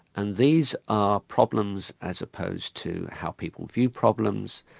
and these are problems as opposed to how people view problems,